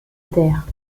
terre